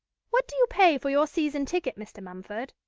what do you pay for your season-ticket, mr. mumford?